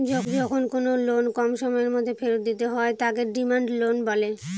যখন কোনো লোন কম সময়ের মধ্যে ফেরত দিতে হয় তাকে ডিমান্ড লোন বলে